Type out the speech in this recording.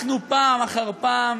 אנחנו פעם אחר פעם